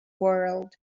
world